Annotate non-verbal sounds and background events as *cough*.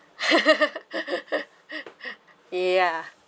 *laughs* yeah